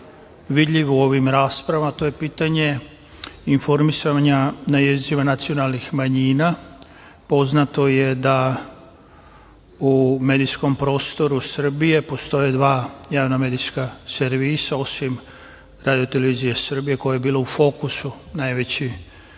vidljiv u ovim raspravama, a to je pitanje informisanja na jezicima nacionalnih manjina. Poznato je da u medijskom prostoru Srbije postoje dva javna medijska servisa, osim RTS koja je bila u najveći